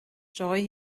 joy